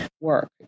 work